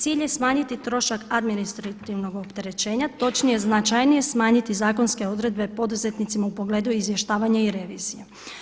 Cilj je smanjiti trošak administrativnog opterećenja, točnije značajnije smanjiti zakonske odredbe poduzetnicima u pogledu izvještavanja i revizije.